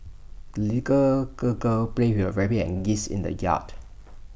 the girl girl played with her rabbit and geese in the yard